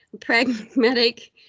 Pragmatic